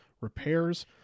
repairs